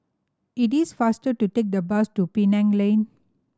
it is faster to take the bus to Penang Lane